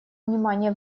внимание